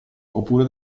oppure